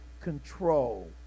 control